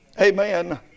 Amen